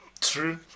True